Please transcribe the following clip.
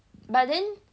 but then